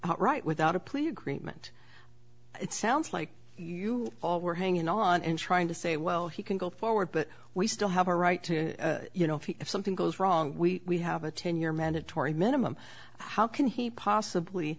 right without a plea agreement it sounds like you all were hanging on and trying to say well he can go forward but we still have a right to you know if something goes wrong we have a ten year mandatory minimum how can he possibly